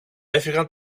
έφευγαν